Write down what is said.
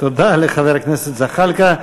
תודה לחבר הכנסת זחאלקה.